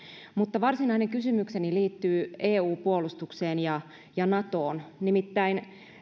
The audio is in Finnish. mutta varsinainen kysymykseni liittyy eu puolustukseen ja ja natoon